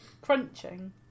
crunching